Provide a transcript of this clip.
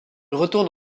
retourne